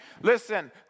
Listen